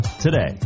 today